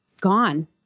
gone